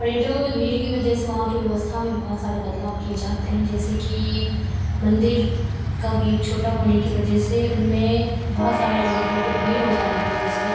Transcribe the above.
पर्यटकों की भीड़ की वज़ह से वहाँ की व्यवस्था में बहुत सारे बदलाव किए जाते हैं जैसे कि मन्दिर का गेट छोटा होने की वज़ह से उनमें बहुत सारे लोगों की भीड़ हो जाने की वज़ह से